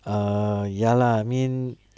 err ya lah I mean